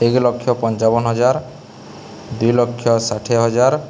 ଏକ ଲକ୍ଷ ପଞ୍ଚାବନ ହଜାର ଦୁଇ ଲକ୍ଷ ଷାଠିଏ ହଜାର